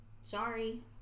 sorry